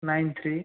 nine three